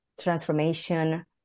transformation